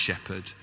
shepherd